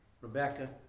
Rebecca